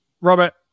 Robert